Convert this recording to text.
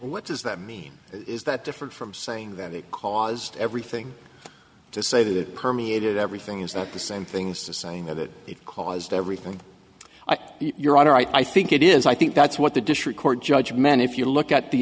what does that mean is that different from saying that it caused everything to say that permeated everything is that the same things the same that it caused everything i think your honor i think it is i think that's what the district court judge men if you look at the